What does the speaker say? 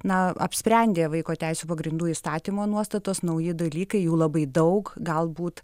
na apsprendė vaiko teisių pagrindų įstatymo nuostatos nauji dalykai jų labai daug galbūt